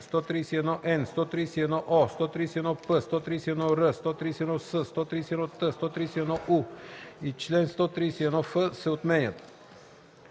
131н, 131о, 131п, 131р, 131с, 131т, 131у и чл. 131ф се отменят.